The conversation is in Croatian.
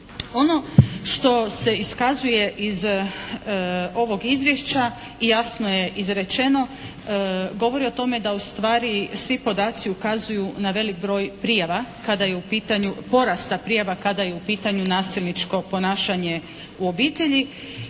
Ono što se iskazuje iz ovog izvješća i jasno je izrečeno govori o tome da ustvari svi podaci ukazuju na velik broj prijava kada je u pitanju, porasta prijava kada je u pitanju nasilničko ponašanje u obitelji.